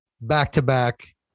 Back-to-back